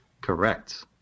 Correct